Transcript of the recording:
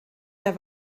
der